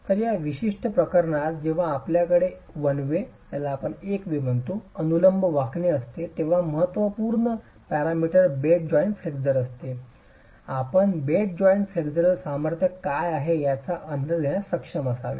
तर या विशिष्ट प्रकरणात जेव्हा आपल्याकडे एक वे अनुलंब वाकणे असते तेव्हा महत्त्वपूर्णतेचे पॅरामीटर बेड जॉइंट फ्लेक्चर असते आपण बेड जॉइंट फ्लेक्चरल सामर्थ्य काय आहे याचा अंदाज घेण्यास सक्षम असावे